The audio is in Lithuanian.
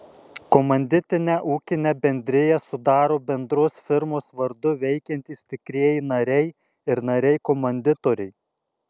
komanditinę ūkinę bendriją sudaro bendros firmos vardu veikiantys tikrieji nariai ir nariai komanditoriai